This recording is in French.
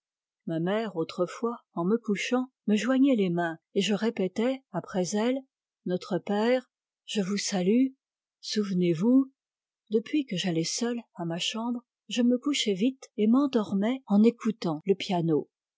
ma mère autrefois en me couchant me joignait les mains et je répétais après elle notre père je vous salue souvenez-vous depuis que j'allais seul à ma chambre je me couchais vite et m'endormais en écoutant le piano